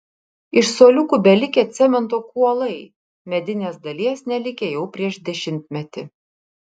iš suoliukų belikę cemento kuolai medinės dalies nelikę jau prieš dešimtmetį